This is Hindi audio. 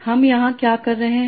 हम यहां क्या कर रहे हैं